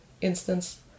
instance